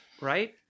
Right